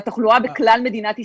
והתחלואה בכלל מדינת ישראל,